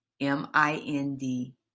M-I-N-D